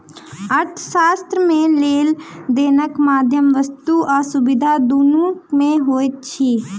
अर्थशास्त्र मे लेन देनक माध्यम वस्तु आ सुविधा दुनू मे होइत अछि